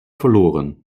verloren